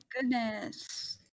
goodness